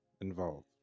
involved